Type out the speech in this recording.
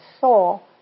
soul